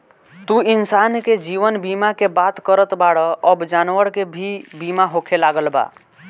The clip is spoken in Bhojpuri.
तू इंसान के जीवन बीमा के बात करत बाड़ऽ अब जानवर के भी बीमा होखे लागल बा